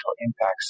impacts